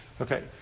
Okay